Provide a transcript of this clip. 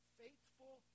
faithful